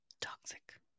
Toxic